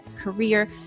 career